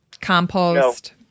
compost